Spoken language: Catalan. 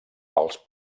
pels